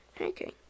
Okay